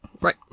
Right